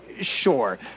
sure